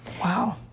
Wow